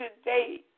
today